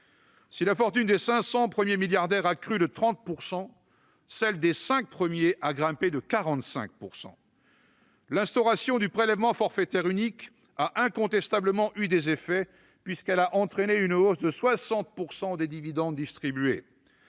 Si la fortune des 500 premiers milliardaires a crû de 30 %, celle des cinq premiers a grimpé de 45 %! L'instauration du prélèvement forfaitaire unique a incontestablement eu des effets, puisqu'elle a entraîné une hausse de 60 % des dividendes distribués,